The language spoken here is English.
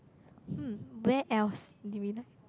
hmm where else did we like